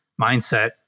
mindset